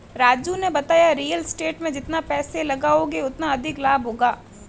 राजू ने बताया real state में जितना पैसे लगाओगे उतना अधिक लाभ होगा